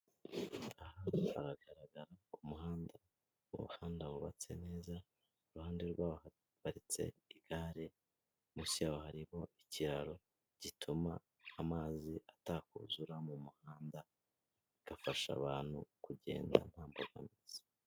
Aha hagaragara ku muhanda umuhanda wubatse neza, iruhande rwawo haparitse igare munsi yawa harimo ikiraro gituma amazi atakuzura mu muhanda, igafasha abantu kugenda ntamburwa amazi.